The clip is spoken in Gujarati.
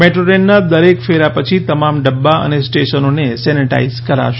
મેટ્રો ટ્રેનના દરેક ફેરા પછી તમામ ડબ્બા અને સ્ટેશનોને સેનેટાઇઝ કરાશે